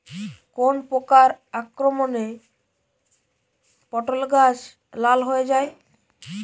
কোন প্রকার আক্রমণে পটল গাছ লাল হয়ে যায়?